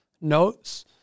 notes